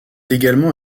également